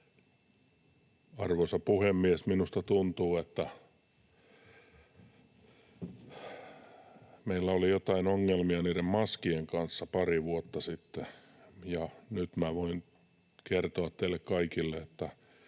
Arvoisa puhemies! Minusta tuntuu, että meillä oli joitain ongelmia niiden maskien kanssa pari vuotta sitten, ja nyt voin kertoa teille kaikille,